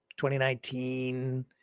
2019